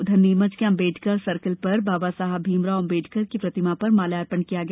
उधर नीमच के अम्बेडकर सर्किल पर बाबासाहेब भीमराव अम्बेडकर की प्रतिमा पर माल्यार्पण किया गया